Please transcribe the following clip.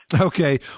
Okay